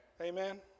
Amen